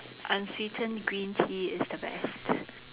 unsweetened green tea is the best